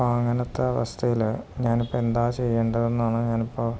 അപ്പോള് അങ്ങനത്തെ അവസ്ഥയില് ഞാനിപ്പോള് എന്താ ചെയ്യേണ്ടതെന്നാണു ഞാനിപ്പോള്